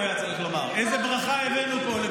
היה צריך לקרוא לזה ברכה, כי הרי למדינת ישראל, כל